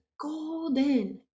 golden